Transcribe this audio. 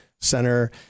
center